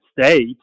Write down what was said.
States